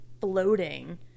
floating